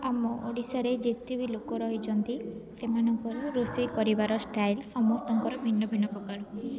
ଆମ ଓଡ଼ିଶାରେ ଯେତେବି ଲୋକ ରହିଛନ୍ତି ସେମାନଙ୍କର ରୋଷେଇ କରିବାର ଷ୍ଟାଇଲ୍ ସମସ୍ତଙ୍କର ଭିନ୍ନଭିନ୍ନ ପ୍ରକାର